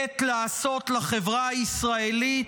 עת לעשות לחברה הישראלית,